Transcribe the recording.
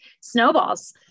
snowballs